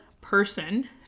person